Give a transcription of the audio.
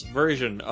version